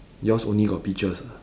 yours only got peaches ah